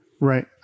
Right